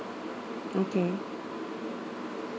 okay